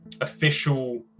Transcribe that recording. official